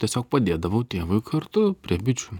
tiesiog padėdavau tėvui kartu prie bičių